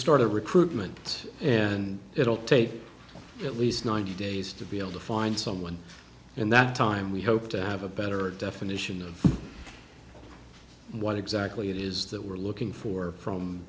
start a recruitment and it will take at least ninety days to be able to find someone in that time we hope to have a better definition of what exactly it is that we're looking for from